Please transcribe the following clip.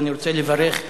אני רוצה לברך,